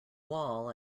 wall